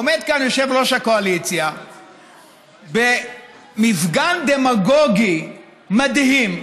עומד כאן יושב-ראש הקואליציה במפגן דמגוגי מדהים,